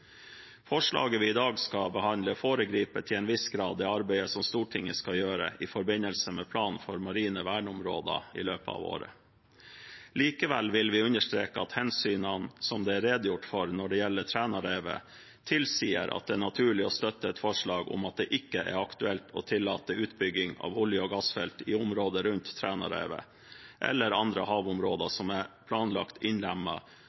Forslaget vi i dag skal behandle, foregriper til en viss grad det arbeidet Stortinget skal gjøre i forbindelse med planen for marine verneområder i løpet av året. Likevel vil vi understreke at hensynene som det er redegjort for når det gjelder Trænarevet, tilsier at det er naturlig å støtte et forslag om at det ikke er aktuelt å tillate utbygging av olje- og gassfelt i området rundt Trænarevet eller andre havområder